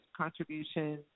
contributions